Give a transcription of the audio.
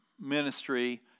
ministry